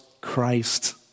Christ